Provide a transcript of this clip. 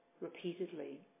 repeatedly